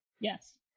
Yes